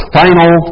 final